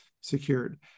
secured